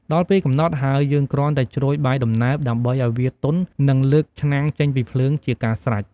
ដល់់ពេលកំណត់ហើយ យើងគ្រាន់តែជ្រោយបាយដំណើប ដើម្បីឱ្យវាទន់ និង លើកឆ្នាំងចេញពីភ្លើងជាការស្រេច។